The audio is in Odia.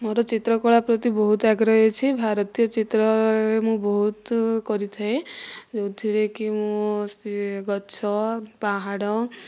ମୋର ଚିତ୍ର କଳା ପ୍ରତି ବହୁତ ଆଗ୍ରହୀ ଅଛି ଭାରତୀୟ ଚିତ୍ର ମୁଁ ବହୁତ କରିଥାଏ ଯେଉଁଥିରେ କି ମୁଁ ସେ ଗଛ ପାହାଡ଼